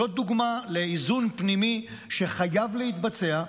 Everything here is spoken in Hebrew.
זאת דוגמה לאיזון פנימי שחייב להתבצע,